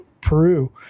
Peru